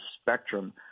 spectrum